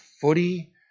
footy